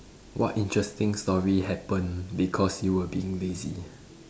what interesting story happened because you were being lazy